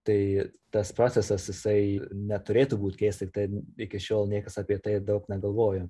tai tas procesas jisai neturėtų būt keista tiktai iki šiol niekas apie tai daug negalvojo